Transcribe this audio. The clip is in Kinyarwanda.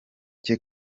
cye